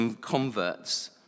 converts